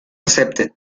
accepted